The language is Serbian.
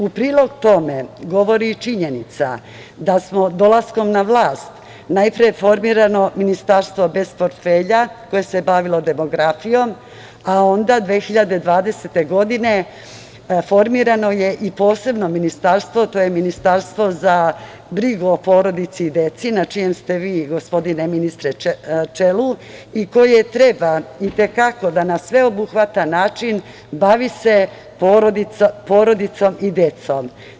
U prilog tome govori i činjenica da je dolaskom na vlast najpre formirano Ministarstvo bez portfelja koje se bavilo demografijom, a onda 2020. godine formirano je i posebno ministarstvo, a to je Ministarstvo za brigu o porodici i deci, na čijem čelu ste vi, gospodine ministre, čelu i koje treba da na i te kako sveobuhvatan način bavi se porodicom i decom.